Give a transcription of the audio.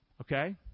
Okay